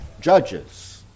judges